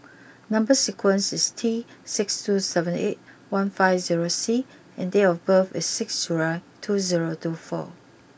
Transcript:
number sequence is T six two seven eight one five zero C and date of birth is six July two zero two four